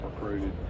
recruited